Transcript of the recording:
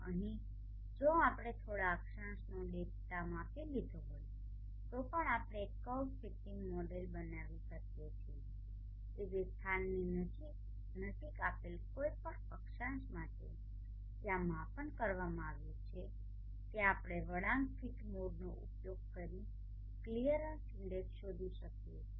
અહીં જો આપણે થોડા અક્ષાંશનો ડેટા માપી લીધો હોય તો પણ આપણે એક કર્વ ફીટ મોડેલ બનાવી શકીએ છીએ કે જે સ્થાનની નજીક આપેલ કોઈ પણ અક્ષાંશ માટે જ્યાં માપન કરવામાં આવ્યું છે ત્યાં આપણે વળાંક ફીટ મોડનો ઉપયોગ કરીને ક્લિયરન્સ ઇન્ડેક્સ શોધી શકીએ છીએ